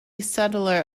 settler